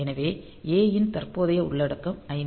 எனவே A ன் தற்போதைய உள்ளடக்கம் 5